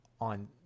on